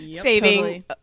Saving